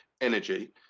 energy